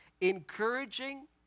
Encouraging